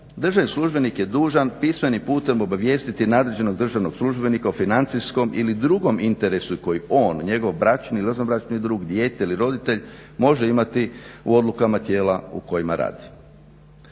državni službenik je dužan pismenim putem obavijestiti nadređenog državnog službenika o financijskom ili drugom interesu koji on, njegov bračni ili izvanbračni drug, dijete ili roditelj može imati u odlukama tijela u kojima radi.